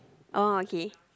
oh okay